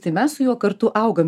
tai mes su juo kartu augam